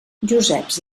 joseps